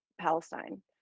Palestine